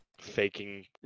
faking